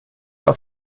auf